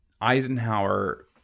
Eisenhower